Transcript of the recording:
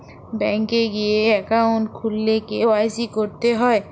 bank এ গিয়ে account খুললে কে.ওয়াই.সি ক্যরতে হ্যয়